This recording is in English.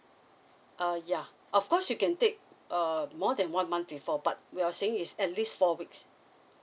err yeah of course you can take uh more than one month before but we are saying is at least four weeks